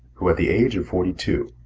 who, at the age of forty-two,